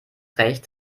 recht